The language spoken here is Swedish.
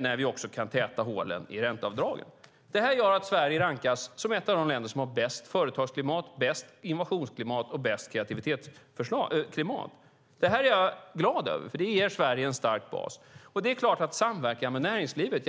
när vi också kan täta hålen i ränteavdragen. Det här gör att Sverige rankas som ett av de länder som har bäst företagsklimat, bäst innovationsklimat och bäst kreativitetsklimat. Det är jag glad över eftersom det ger Sverige en stark bas. Det är klart att det ska vara en samverkan med näringslivet.